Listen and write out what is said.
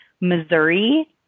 Missouri